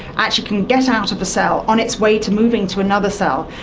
actually can get out of a cell on its way to moving to another cell,